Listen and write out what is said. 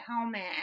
helmet